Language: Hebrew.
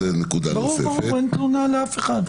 ברור, אין תלונה לאף אחד.